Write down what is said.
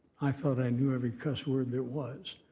i thought i knew every cuss word there was.